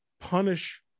punish